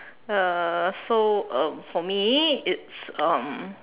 uh so um for me it's um